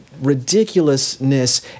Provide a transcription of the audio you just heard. ridiculousness